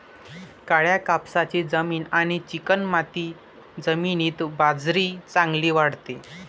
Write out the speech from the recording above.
काळ्या कापसाची जमीन आणि चिकणमाती जमिनीत बाजरी चांगली वाढते